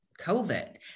COVID